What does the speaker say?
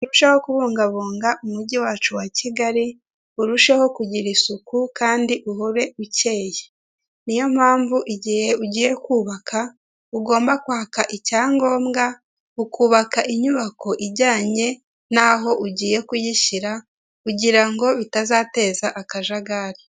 Umuco wo kubungabunga umujyi wacu wa Kigali urusheho kugira isuku kandi uhore ukeye, niyo mpamvu igihe ugiye kubaka ugomba kwaka icyangombwa. Ukubaka inyubako ijyanye naho ugiye kuyishyira kugira ngo bitazateza akajagari.